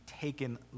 taken